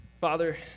Father